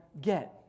get